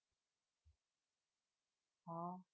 orh